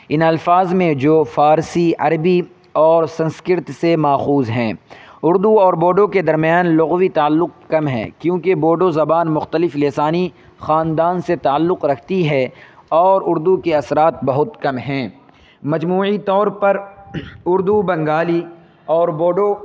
ان الفاظ میں جو فارسی عربی اور سنسکرت سے ماخوذ ہیں اردو اور بوڈو کے درمیان لغوی تعلق کم ہے کیونکہ بوڈو زبان مخلتف لسانی خاندان سے تعلق رکھتی ہے اور اردو کے اثرات بہت کم ہیں مجموعی طور پر اردو بنگالی اور بوڈو